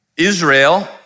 Israel